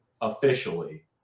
officially